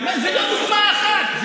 זו לא דוגמה אחת,